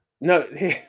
no